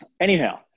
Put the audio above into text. Anyhow